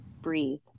breathe